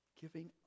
Giving